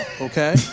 okay